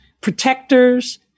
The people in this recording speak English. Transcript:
protectors